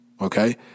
Okay